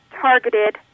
targeted